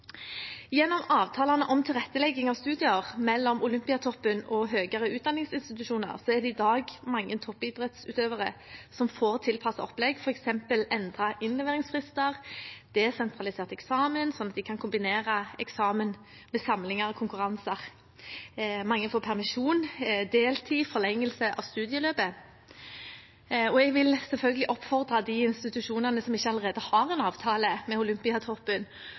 Gjennom avtalene om tilrettelegging av studier mellom Olympiatoppen og høyere utdanningsinstitusjoner er det i dag mange toppidrettsutøvere som får tilpassede opplegg, f.eks. endrede innleveringsfrister, desentralisert eksamen, slik at de kan kombinere eksamen med samlinger og konkurranser, mange får permisjon, deltid, forlengelse av studieløpet. Jeg vil selvfølgelig oppfordre de institusjonene som ikke allerede har en avtale med